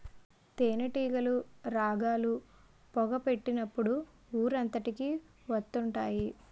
తేనేటీగలు రాగాలు, పొగ పెట్టినప్పుడు ఊరంతకి వత్తుంటాయి